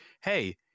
hey